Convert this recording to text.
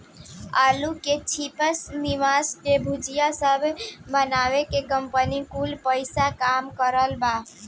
आलू से चिप्स, नमकीन, भुजिया सब बना के कंपनी कुल पईसा कमा रहल बा